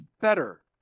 better